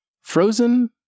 frozen